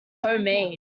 homemade